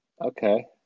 Okay